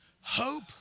Hope